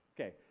Okay